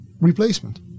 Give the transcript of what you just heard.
replacement